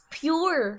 pure